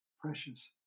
precious